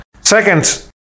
Second